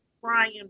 Brian